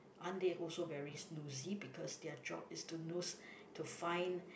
aren't they also very nosy because their job is to nose to find